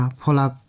polak